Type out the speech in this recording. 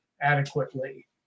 Adequately